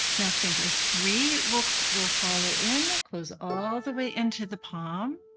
now finger three will will follow in. it goes all the way into the palm.